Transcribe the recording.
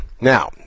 Now